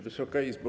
Wysoka Izbo!